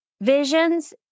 visions